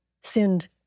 sinned